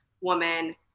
woman